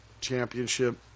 championship